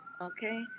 Okay